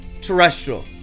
terrestrial